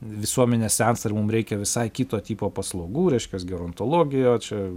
visuomenė sensta ir mum reikia visai kito tipo paslaugų reiškias gerontologija čia